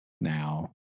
now